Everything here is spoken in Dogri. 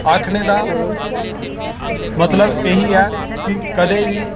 आखने दा मतलब एह् ऐ कि कदें बी